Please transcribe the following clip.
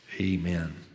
amen